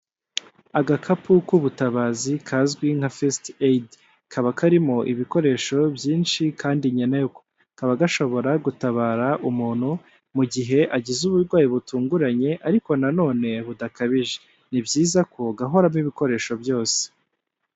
Agakapu k'ubutabazi kazwi nka fesite eyidi, kaba karimo ibikoresho byinshi kandi nkenerwa, kaba gashobora gutabara umuntu mu gihe agize uburwayi butunguranye ariko nanone budakabije ni byiza ko gahoramo ibikoresho byose.